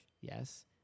Yes